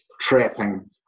trapping